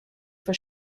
for